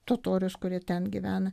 totorius kurie ten gyvena